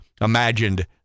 imagined